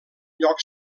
lloc